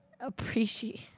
Appreciate